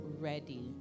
ready